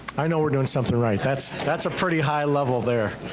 i know we're doing something right, that's that's a pretty high level there,